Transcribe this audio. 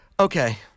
Okay